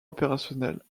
opérationnel